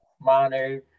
Manu